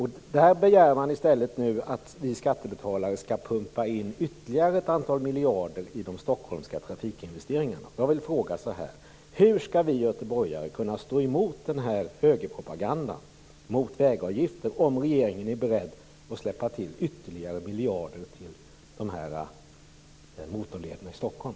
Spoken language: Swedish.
Här begär man i stället att vi skattebetalare skall pumpa in ytterligare ett antal miljarder i de stockholmska trafikinvesteringarna. Jag vill fråga så här: Hur skall vi göteborgare kunna stå emot den här högerpropagandan mot vägavgifter om regeringen är beredd att släppa till ytterligare miljarder till motorlederna i Stockholm?